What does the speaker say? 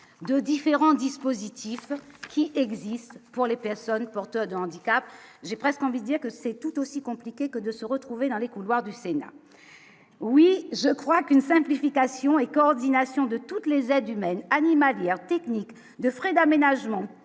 de différents dispositifs qui existent pour les personnes porteuses de handicap, j'ai presque envie de dire que c'est tout aussi compliqué que de se retrouver dans les couloirs du Sénat oui je crois qu'une simplification et coordination de toutes les aides humaines animalière technique de frais d'aménagement